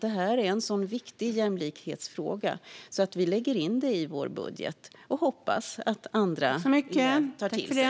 Detta är en så viktig jämlikhetsfråga att vi lägger in den i vår budget och hoppas att andra tar till sig det.